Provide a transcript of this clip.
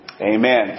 Amen